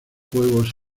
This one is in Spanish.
juegos